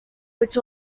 which